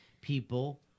people